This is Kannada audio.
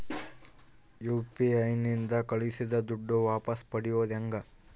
ಯು.ಪಿ.ಐ ನಿಂದ ಕಳುಹಿಸಿದ ದುಡ್ಡು ವಾಪಸ್ ಪಡೆಯೋದು ಹೆಂಗ?